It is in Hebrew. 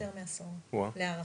יותר מעשור להערכתי.